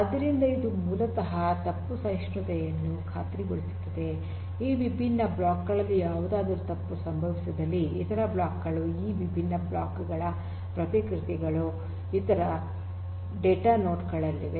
ಆದ್ದರಿಂದ ಇದು ಮೂಲತಃ ತಪ್ಪು ಸಹಿಷ್ಣುತೆಯನ್ನು ಖಾತ್ರಿಗೊಳಿಸುತ್ತದೆ ಈ ವಿಭಿನ್ನ ಬ್ಲಾಕ್ ಗಳಲ್ಲಿ ಯಾವುದಾದರೂ ತಪ್ಪು ಸಂಭವಿಸಿದಲ್ಲಿ ಇತರ ಬ್ಲಾಕ್ ಗಳು ಈ ವಿಭಿನ್ನ ಬ್ಲಾಕ್ ಗಳ ಪ್ರತಿಕೃತಿಗಳು ಇತರ ಡೇಟಾ ನೋಡ್ ಗಳಲ್ಲಿವೆ